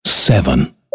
Seven